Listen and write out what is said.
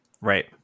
Right